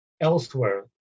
Elsewhere